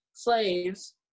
slaves